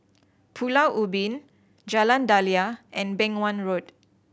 Pulau Ubin Jalan Daliah and Beng Wan Road